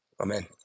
Amen